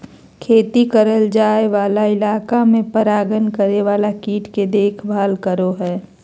खेती करल जाय वाला इलाका में परागण करे वाला कीट के देखभाल करो हइ